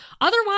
Otherwise